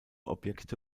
objekte